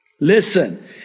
listen